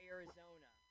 Arizona